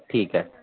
ठीक आहे